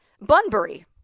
Bunbury